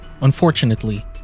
Unfortunately